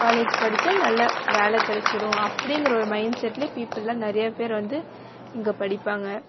college படித்தா நல்ல வேலை கெடைச்சிரும் அப்படிங்கிற ஒரு மைண்ட் செட்லேயே பீப்புல்லாம் நிறையா பேர் வந்து இங்கே படிப்பாங்க